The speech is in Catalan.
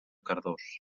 cardós